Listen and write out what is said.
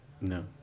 No